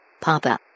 Papa